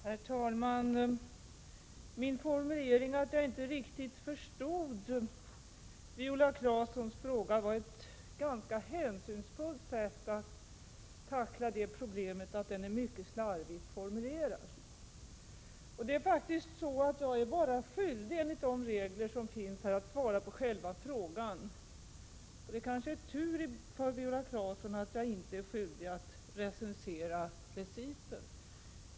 Herr talman! Min formulering att jag inte riktigt förstått Viola Claessons fråga var ett ganska hänsynsfullt sätt att tackla problemet att den är mycket slarvigt formulerad. Enligt de regler som finns är jag faktiskt skyldig att svara enbart på själva frågan. Det kanske är tur för Viola Claesson att jag inte är skyldig att recensera reciten.